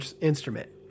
instrument